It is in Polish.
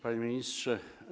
Panie Ministrze!